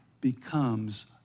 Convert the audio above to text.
becomes